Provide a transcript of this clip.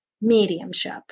mediumship